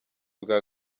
bwa